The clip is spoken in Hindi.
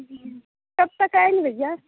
कब तक आएंगे भैया